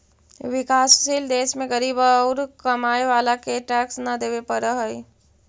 विकासशील देश में गरीब औउर कमाए वाला के टैक्स न देवे पडऽ हई